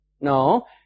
No